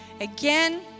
Again